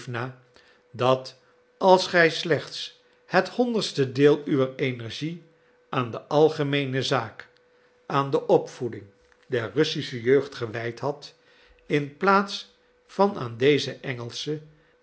dat als gij slechts het honderdste deel uwer energie aan de algemeene zaak aan de opvoeding der russische jeugd gewijd had in plaats van aan deze engelsche